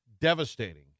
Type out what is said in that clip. devastating